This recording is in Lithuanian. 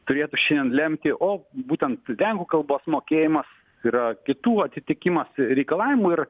turėtų šiandien lemti o būtent lenkų kalbos mokėjimas yra kitų atsitikimas reikalavimų ir